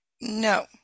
no